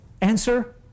Answer